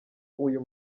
uyu